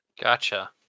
gotcha